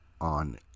on